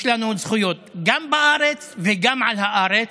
יש לנו זכויות גם בארץ וגם על הארץ.